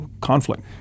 conflict